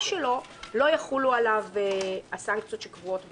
שלו לא יחולו עליו הסנקציות שקבועות בחוק.